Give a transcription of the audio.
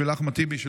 בשביל אחמד טיבי,